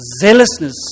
zealousness